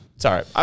Sorry